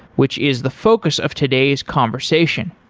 which is the focus of today's conversation.